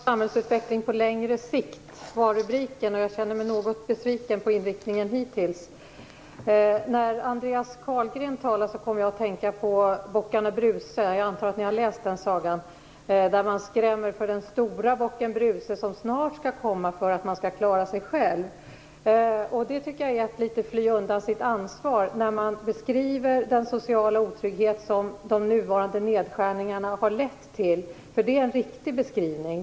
Fru talman! En hållbar samhällsutveckling på längre sikt är rubriken. Jag känner mig något besviken på inriktningen hittills. När Andreas Carlgren talade kom jag att tänka på bockarna Bruse - jag antar att ni har läst den sagan. Man skrämmer med den stora bocken Bruse som snart skall komma för att man skall klara sig själv. Det är litet att fly undan sitt ansvar för den sociala otrygghet som de nuvarande nedskärningarna har lett till, som ju är en riktig beskrivning.